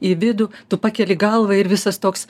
į vidų tu pakeli galvą ir visas toks